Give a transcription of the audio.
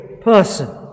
person